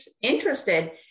interested